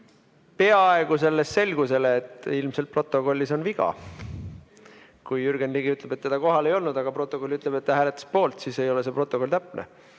peaaegu selles selgusele, et ilmselt protokollis on viga. Kui Jürgen Ligi ütleb, et teda kohal ei olnud, aga protokoll ütleb, et ta hääletas poolt, siis ei ole see protokoll täpne.